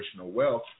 wealth